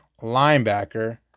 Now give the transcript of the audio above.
linebacker